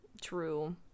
True